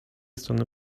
strony